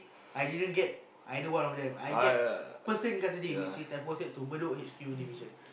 I didn't get either one of them I get person custody which is I posted to Bedok H_Q division